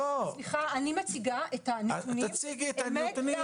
אני מציגה את הנתונים.